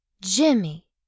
Jimmy